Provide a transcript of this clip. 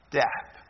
death